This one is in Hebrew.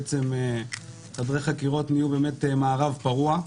שחדרי החקירות נהיו מערב פרוע.